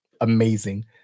amazing